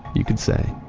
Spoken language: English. you could say,